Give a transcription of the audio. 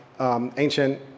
ancient